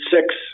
Six